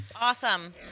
Awesome